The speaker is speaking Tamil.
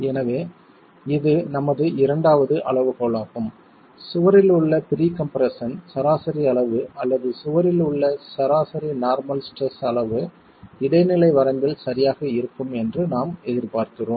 எனவே இது நமது இரண்டாவது அளவுகோலாகும் சுவரில் உள்ள ப்ரீ கம்ப்ரெஸ்ஸன் சராசரி அளவு அல்லது சுவரில் உள்ள சராசரி நார்மல் ஸ்ட்ரெஸ் அளவு இடைநிலை வரம்பில் சரியாக இருக்கும் என்று நாம் எதிர்பார்க்கிறோம்